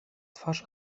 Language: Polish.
twarz